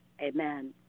amen